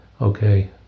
okay